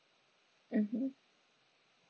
mmhmm